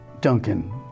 Duncan